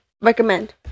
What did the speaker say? Recommend